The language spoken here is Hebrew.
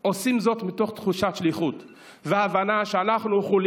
עושים זאת מתוך תחושת שליחות והבנה שאנחנו חוליה